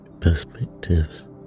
perspectives